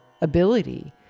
ability